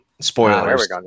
Spoilers